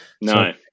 No